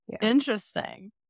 Interesting